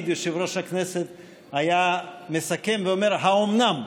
יושב-ראש הכנסת היה מסכם ואומר: האומנם?